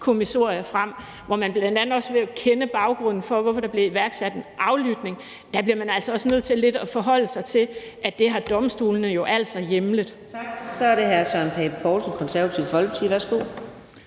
kommissorie frem, hvor man bl.a. også vil kende baggrunden for, hvorfor der blev iværksat en aflytning. Der bliver man altså også nødt til lidt at forholde sig til, at det har domstolene jo hjemlet.